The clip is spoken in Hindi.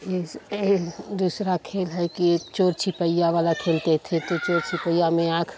एस एही दुसरा खेल है कि चोर छिपइया वाला खेलते थे तो चोर छिपइया में आँख